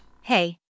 Hey